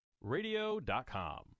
Radio.com